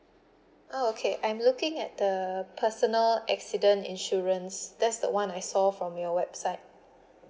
oh okay I'm looking at the personal accident insurance that's the [one] I saw from your website